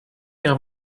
her